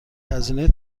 هزینه